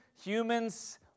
humans